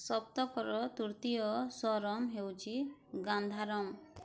ସପ୍ତକର ତୃତୀୟ ସ୍ୱରମ୍ ହେଉଛି ଗାନ୍ଧାରମ୍